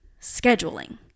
scheduling